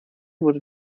wurde